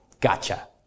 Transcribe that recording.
gotcha